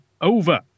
over